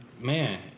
man